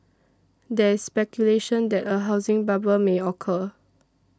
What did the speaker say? there is speculation that a housing bubble may occur